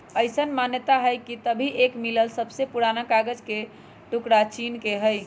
अईसन मानता हई कि अभी तक मिलल सबसे पुरान कागज के टुकरा चीन के हई